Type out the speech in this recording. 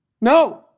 No